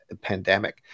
pandemic